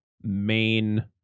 main